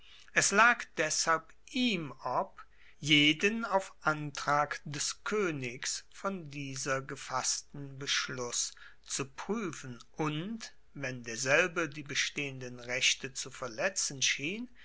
es lag deshalb ihm ob jeden auf antrag des koenigs von dieser gefassten beschluss zu pruefen und wenn derselbe die bestehenden rechte zu verletzen schien